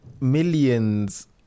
millions